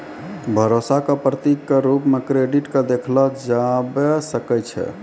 भरोसा क प्रतीक क रूप म क्रेडिट क देखलो जाबअ सकै छै